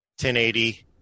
1080